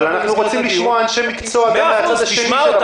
אבל אנחנו רוצים לשמוע אנשי מקצוע גם מהצד השני של המפה.